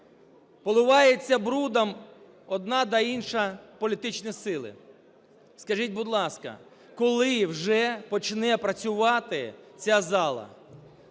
Поливається брудом одна та інша політичні сили. Скажіть, будь ласка, коли вже почне працювати ця зала?